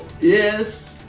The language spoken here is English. Yes